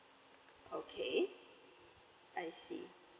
okay I see